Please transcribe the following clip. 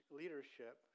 leadership